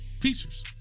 features